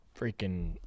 freaking